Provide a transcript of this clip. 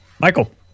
Michael